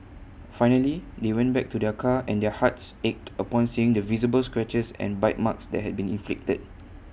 finally they went back to their car and their hearts ached upon seeing the visible scratches and bite marks that had been inflicted